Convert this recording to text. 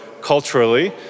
culturally